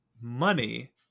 money